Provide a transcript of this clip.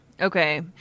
okay